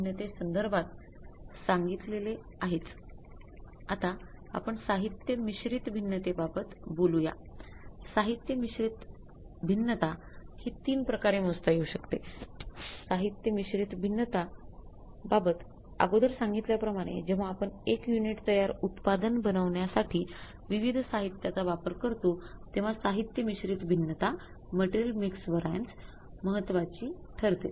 030 आता आपण साहित्य मिश्रित भिन्नतेबाबत महत्वाची ठरते